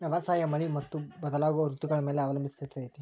ವ್ಯವಸಾಯ ಮಳಿ ಮತ್ತು ಬದಲಾಗೋ ಋತುಗಳ ಮ್ಯಾಲೆ ಅವಲಂಬಿಸೈತ್ರಿ